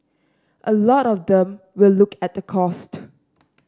a lot of them will look at the cost